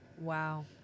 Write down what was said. Wow